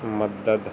ਮਦਦ